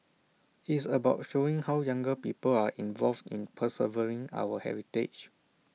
it's about showing how younger people are involved in preserving our heritage